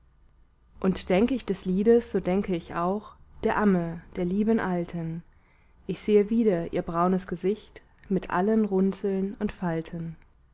und denk ich des liedes so denk ich auch der amme der lieben alten ich sehe wieder ihr braunes gesicht mit allen runzeln und falten